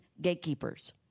gatekeepers